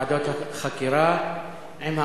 ועדות החקירה בשבוע הבא.